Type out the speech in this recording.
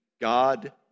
God